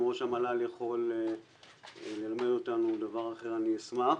אם ראש המל"ל יכול ללמד אותנו דבר אחר, אני אשמח.